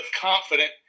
confident